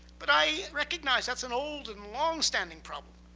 but i recognize that's an old and longstanding problem.